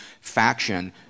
faction